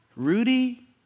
Rudy